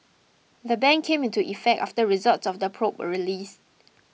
the ban came into effect after results of the probe were released